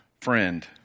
friend